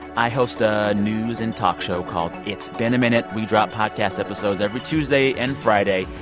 i host a news and talk show called it's been a minute. we drop podcast episodes every tuesday and friday.